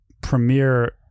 premiere